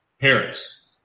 Harris